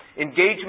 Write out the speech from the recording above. Engagement